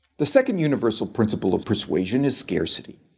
the second universal principle of persuasion is scarcity.